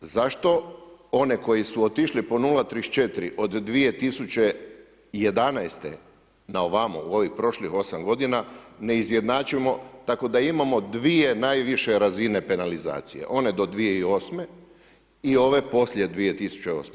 Zašto one koji su otišli po 0,34 od 2011. na ovamo u ovih prošlih 8 godina ne izjednačimo tako da imamo dvije najviše razine penalizacije, one do 2008. i ove poslije 2008.